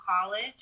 college